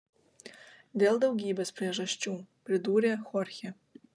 dėl daugybės priežasčių pridūrė chorchė